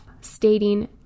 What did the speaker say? stating